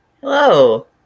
Hello